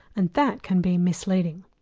and that can be misleading.